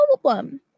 problem